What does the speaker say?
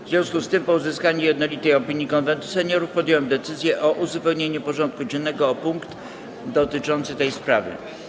W związku z tym, po uzyskaniu jednolitej opinii Konwentu Seniorów, podjąłem decyzję o uzupełnieniu porządku dziennego o punkt dotyczący tej sprawy.